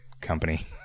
company